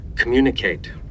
Communicate